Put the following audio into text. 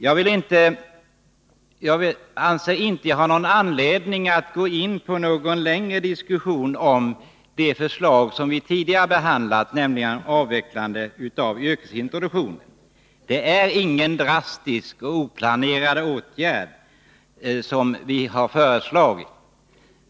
Jag anser inte att jag har anledning att gå in på någon längre diskussion av de förslag som vi tidigare behandlat om avvecklandet av yrkesintroduktionen. Det är inga drastiska och oplanerade åtgärder som vi har föreslagit.